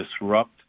disrupt